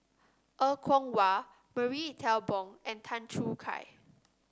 Er Kwong Wah Marie Ethel Bong and Tan Choo Kai